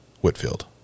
whitfield